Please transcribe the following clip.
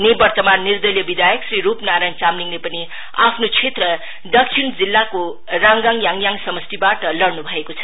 निवर्तमान तिर्दलीय विधायक श्री रुप नारायण चामलिङले पनि आफ्नो क्षेत्रव दक्षिण जिल्लाको राङगाङ योङगाङ समस्टिबाट लड़न् भएको छ